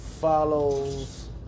follows